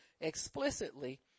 explicitly